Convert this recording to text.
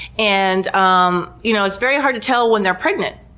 and um you know it's very hard to tell when they're pregnant.